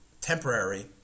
temporary